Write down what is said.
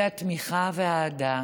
והביעו תמיכה ואהדה.